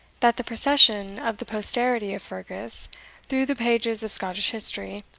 that the procession of the posterity of fergus through the pages of scottish history,